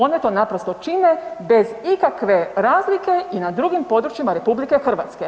One to naprosto čine bez ikakve razlike i na drugim područjima RH.